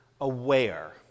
aware